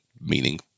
meaning